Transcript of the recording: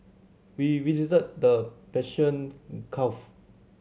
we visited the Persian